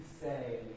say